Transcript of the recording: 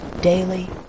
daily